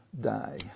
die